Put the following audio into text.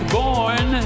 born